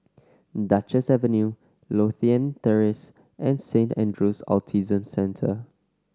Duchess Avenue Lothian Terrace and Saint Andrew's Autism Centre